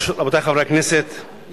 אני